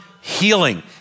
healing